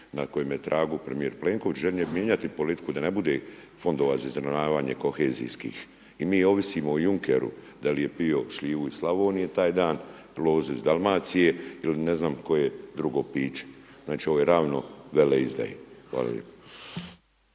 na kojem je tragu premijer Pleniković žele mijenjati politiku da ne bude fondova za izravnavanje kohezijskih i mi ovisimo o Junkeru da li je pio šljivu u Slavoniji taj dan, lozu iz Dalmacije il ne znam koje drugo piće, znači ovo je ravno veleizdaji. Hvala lijep.